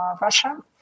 Russia